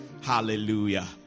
Hallelujah